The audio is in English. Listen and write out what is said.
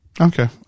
Okay